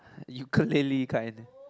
ukulele kind